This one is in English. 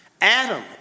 Adam